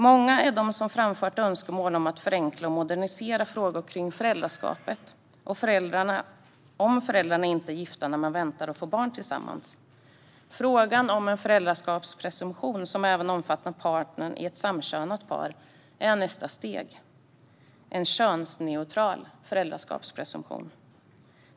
Många är de som har framfört önskemål om att förenkla och modernisera frågor kring föräldraskapet, om föräldrarna inte är gifta när de väntar och får barn tillsammans. Frågan om en föräldraskapspresumtion som även omfattar partnern i ett samkönat par är nästa steg, en könsneutral föräldraskapspresumtion.